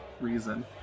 reason